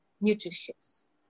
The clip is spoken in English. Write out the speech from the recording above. nutritious